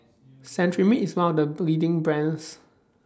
Cetrimide IS one of The leading brands